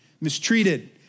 mistreated